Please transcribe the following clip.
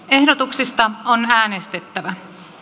ehdotuksista on äänestettävä